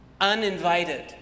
uninvited